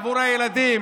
עבור הילדים.